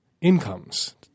incomes